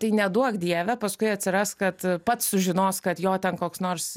tai neduok dieve paskui atsiras kad pats sužinos kad jo ten koks nors